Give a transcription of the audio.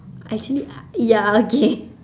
actually ya okay